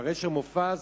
אחרי שמופז